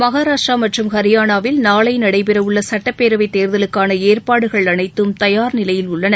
மகாராஷ்டிரா மற்றும் ஹரியானாவில் நாளை நடைபெற உள்ள சட்டப்பேரவைத் தேர்தலுக்கான ஏற்பாடுகள் அனைத்தும் தயாா் நிலையில் உள்ளன